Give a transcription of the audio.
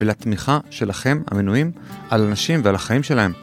ולתמיכה שלכם, המנויים, על אנשים ועל החיים שלהם.